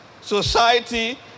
society